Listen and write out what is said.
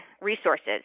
resources